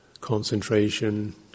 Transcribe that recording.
concentration